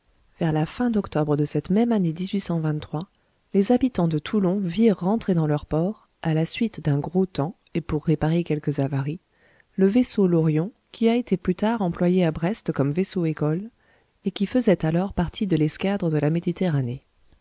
vers la fin d'octobre de cette même année les habitants de toulon virent rentrer dans leur port à la suite d'un gros temps et pour réparer quelques avaries le vaisseau l orion qui a été plus tard employé à brest comme vaisseau école et qui faisait alors partie de l'escadre de la méditerranée